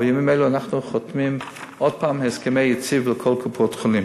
ובימים אלה אנחנו חותמים עוד הפעם הסכמי ייצוב לכל קופות-החולים.